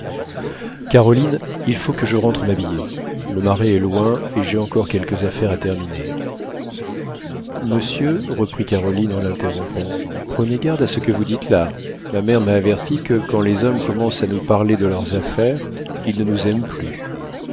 caroline il faut que je rentre m'habiller le marais est loin et j'ai encore quelques affaires à terminer monsieur reprit caroline en l'interrompant prenez garde à ce que vous dites là ma mère m'a averti que quand les hommes commencent à nous parler de leurs affaires ils ne nous aiment plus